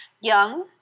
Young